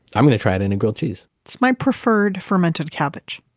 i'm gonna try it in a grilled cheese it's my preferred fermented cabbage.